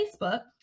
Facebook